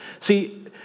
See